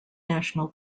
national